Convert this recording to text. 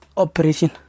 Operation